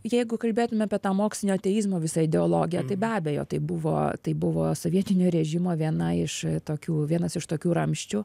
jeigu kalbėtume apie tą mokslinio ateizmo visą ideologiją be abejo tai buvo tai buvo sovietinio režimo viena iš tokių vienas iš tokių ramsčių